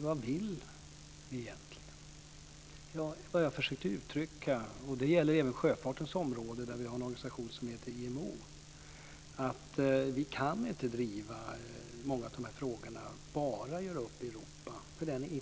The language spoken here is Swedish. Vad vill vi egentligen? Jag försökte uttrycka - och det gäller även sjöfartens område, där vi har en organisation som heter IMO - att många av de här frågorna kan vi inte driva bara i Europa.